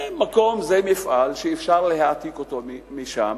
זה מקום, זה מפעל, אפשר להעתיק אותו משם,